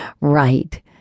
right